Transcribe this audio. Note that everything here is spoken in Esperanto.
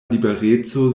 libereco